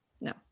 No